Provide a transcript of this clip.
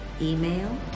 email